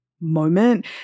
moment